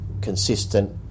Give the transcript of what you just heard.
consistent